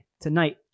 tonight